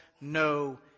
no